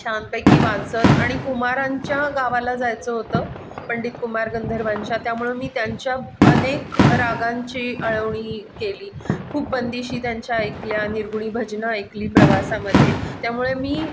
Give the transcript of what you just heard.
छान पैकी वाचत आणि कुमारांच्या गावाला जायचं होतं पंडित कुमार गंधर्वांच्या त्यामुळं मी त्यांच्या अनेक रागांची अळवणी केली खूप बंदिशी त्यांच्या ऐकल्या निर्गुणी भजनं ऐकली प्रवासामध्ये त्यामुळे मी